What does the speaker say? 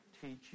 teach